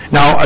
Now